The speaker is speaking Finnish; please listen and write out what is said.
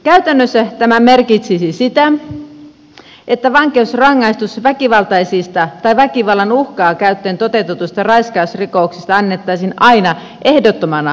käytännössä tämä merkitsisi sitä että vankeusrangaistus väkivaltaisista tai väkivallan uhkaa käyttäen toteutetuista raiskausrikoksista annettaisiin aina ehdottomana vankeutena